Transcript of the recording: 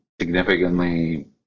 significantly